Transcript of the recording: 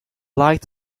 like